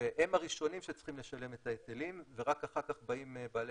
והם הראשונים שצריכים לשלם את ההיטלים ורק אחר כך באים בעלי